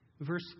Verse